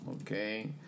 Okay